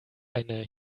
eine